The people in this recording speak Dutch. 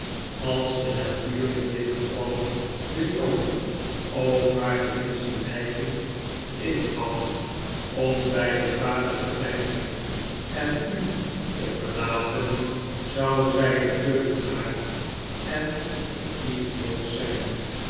als de natuur in dit geval den jongen ook maar de minste neiging ingaf om bij dien vader te blijven en u te verlaten zou zij een leugenaar en een idioot zijn